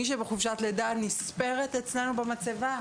מי שבחופשת לידה נספרת אצלנו במצבה,